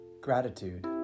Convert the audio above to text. Gratitude